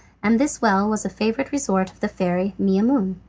and this well was a favourite resort of the fairy maimoune,